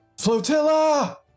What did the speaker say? Flotilla